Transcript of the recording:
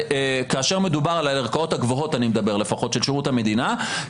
כאשר מדובר על הערכאות הגבוהות לפחות של שירות המדינה,